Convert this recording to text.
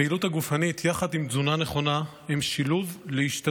הפעילות הגופנית יחד עם תזונה נכונה הן ההשתדלות